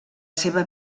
seva